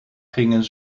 gingen